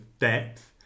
depth